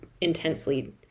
intensely